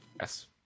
Yes